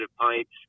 pints